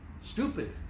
stupid